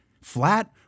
flat